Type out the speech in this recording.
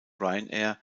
ryanair